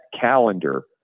calendar